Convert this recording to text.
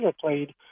played